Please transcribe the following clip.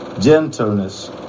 gentleness